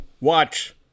watch